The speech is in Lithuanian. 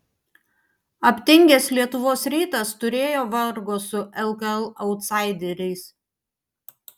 aptingęs lietuvos rytas turėjo vargo su lkl autsaideriais